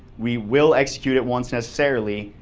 we will execute it once, necessarily.